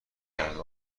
نکردند